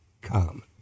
come